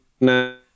now